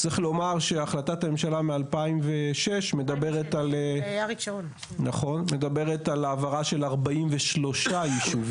צריך לומר שהחלטת הממשלה מ-2006 מדברת על העברה של 43 ישובים.